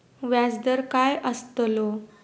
व्याज दर काय आस्तलो?